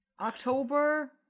October